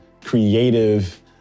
creative